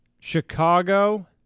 Chicago